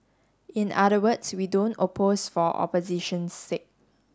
in other words we don't oppose for opposition's sake